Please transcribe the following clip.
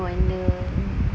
no wonder